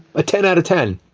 ah. ten out of ten!